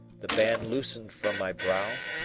the band loosened from my brow,